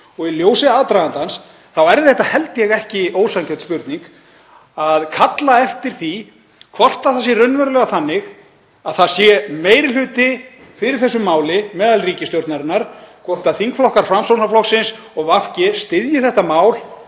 Í ljósi aðdragandans held ég að það sé ekki ósanngjörn spurning að kalla eftir því hvort það sé raunverulega þannig að það sé meiri hluti fyrir þessu máli innan ríkisstjórnarinnar, hvort þingflokkar Framsóknarflokksins og VG styðji þetta mál